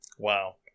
Wow